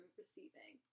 receiving